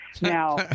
Now